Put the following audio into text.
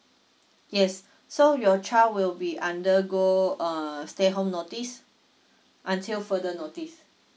yes so your child will be undergo uh stay home notice until further notice